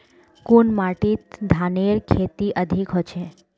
कुन माटित धानेर खेती अधिक होचे?